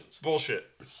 Bullshit